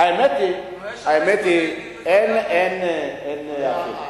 האמת היא, כסף, יש הרבה סטודנטים.